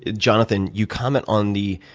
jonathan, you comment on the,